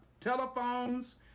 Telephones